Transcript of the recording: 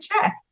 check